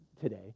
today